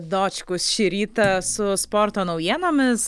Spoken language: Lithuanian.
dočkus šį rytą su sporto naujienomis